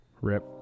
Rip